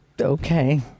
Okay